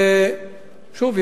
שוב,